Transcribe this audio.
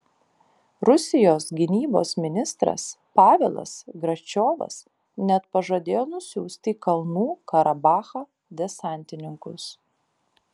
rusijos gynybos ministras pavelas gračiovas net pažadėjo nusiųsti į kalnų karabachą desantininkus